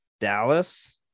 Dallas